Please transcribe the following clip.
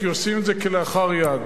כי עושים את זה כלאחר יד.